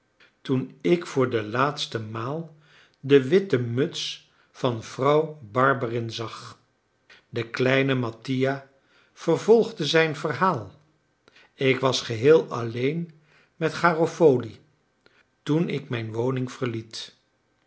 toen ik voor de laatste maal de witte muts van vrouw barberin zag de kleine mattia vervolgde zijn verhaal ik was geheel alleen met garofoli toen ik mijn woning verliet